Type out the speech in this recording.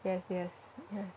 yes yes yes